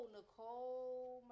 Nicole